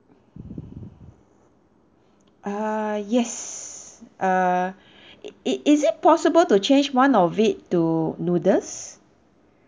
ah yes err it it is it possible to change one of it to noodles